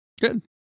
Good